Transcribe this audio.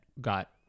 got